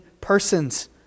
persons